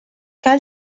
cal